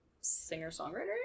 singer-songwriter